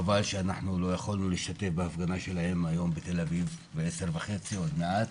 חבל שלא יכולנו להשתתף בהפגנה שלהם שמתקיימת היום בשעה 10:30 בתל אביב.